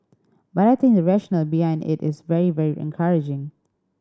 but I think the rationale behind it is very very encouraging